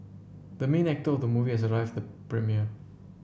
the main actor of the movie has arrived at the premiere